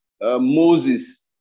Moses